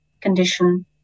condition